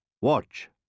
Watch